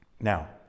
Now